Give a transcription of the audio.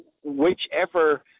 whichever